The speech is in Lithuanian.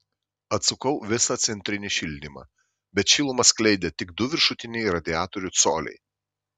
atsukau visą centrinį šildymą bet šilumą skleidė tik du viršutiniai radiatorių coliai